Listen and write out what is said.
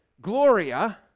Gloria